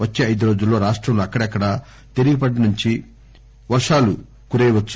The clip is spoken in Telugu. వచ్చే ఐదు రోజుల్లో రాష్టంలో అక్కడక్కడా తేలికపాటి వర్గాలు కురియవచ్చు